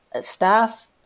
staff